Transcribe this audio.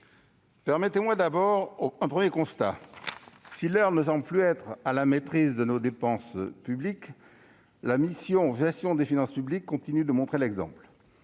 Permettez-moi d'abord un premier constat : si l'heure ne semble plus être à la maîtrise de nos dépenses publiques, la mission « Gestion des finances publiques » continue de montrer l'exemple